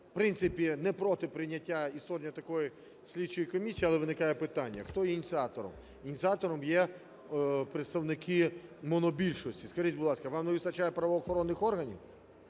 в принципі, не проти прийняття і створення такої слідчої комісії, але виникає питання – хто є ініціатором. Ініціатором є представники монобільшості. Скажіть, будь ласка, вам не вистачає правоохоронних органів?